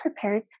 prepared